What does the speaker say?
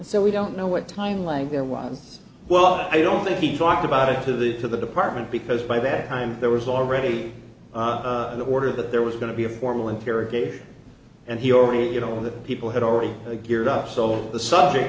so we don't know what time like there was well i don't think he talked about it to the to the department because by that time there was already the order that there was going to be a formal interrogation and he already you know all the people had already geared up so the subject